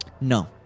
no